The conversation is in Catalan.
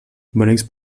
bonics